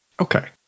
Okay